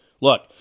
Look